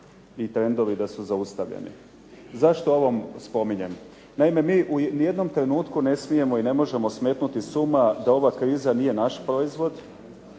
i trendovi da su zaustavljeni. Zašto ovo spominjem? Naime, mi u nijednom trenutku ne smijemo i ne možemo smetnuti s uma da ova kriza nije naš proizvod,